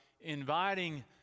inviting